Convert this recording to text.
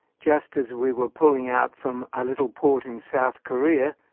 just as we were pulling out from a little port in south korea,